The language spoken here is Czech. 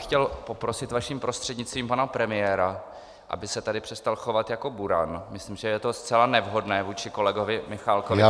Chtěl bych poprosit vaším prostřednictvím pana premiéra, aby se tady přestal chovat jako buran, myslím, že je to zcela nevhodné vůči kolegovi Michálkovi. .